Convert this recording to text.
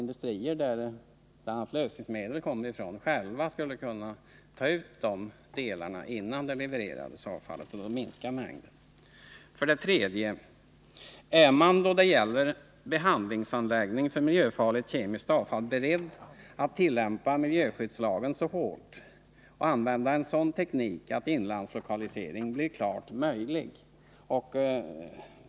industrier som handskas med lösningsmedel själva tar ut de delar som går att återvinna, innan avfallet levereras. Därigenom minskar ju avfallsmängden. 3. Är man då det gäller en behandlingsanläggning för miljöfarligt kemiskt avfall beredd att tillämpa miljöskyddslagen så hårt och använda en sådan teknik att inlandslokalisering blir klart möjlig?